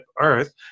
Earth